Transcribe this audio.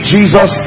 Jesus